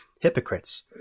hypocrites